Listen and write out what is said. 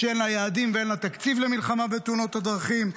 שאין לה יעדים ואין לה תקציב למלחמה בתאונות הדרכים,